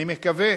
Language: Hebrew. אני מקווה